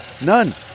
none